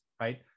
right